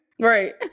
right